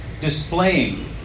displaying